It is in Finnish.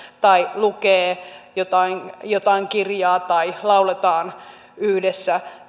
tai lukee jotain kirjaa tai lauletaan yhdessä